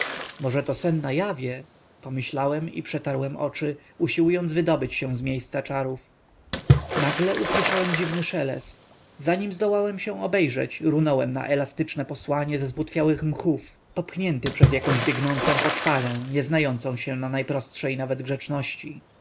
może to sen na jawie pomyślałem i przetarłem oczy usiłując wydobyć się z miejsca czarów nagle usłyszałem dziwny szelest zanim zdołałem się obejrzeć runąłem na elastyczne posłanie ze zbutwiałych mchów popchnięty przez jakąś biegnącą poczwarę nie znającą się na najprostszej nawet grzeczności